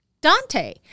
Dante